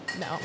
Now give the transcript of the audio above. No